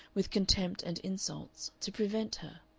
with contempt and insults, to prevent her.